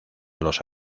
los